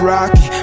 Rocky